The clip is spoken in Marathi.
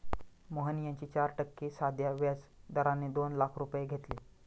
मोहन यांनी चार टक्के साध्या व्याज दराने दोन लाख रुपये घेतले